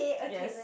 yes